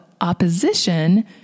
opposition